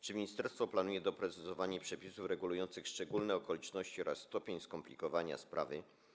Czy ministerstwo planuje doprecyzowanie przepisów regulujących szczególne okoliczności oraz stopień skomplikowania sprawy?